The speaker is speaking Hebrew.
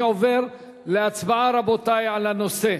אני עובר להצבעה, רבותי, על הנושא: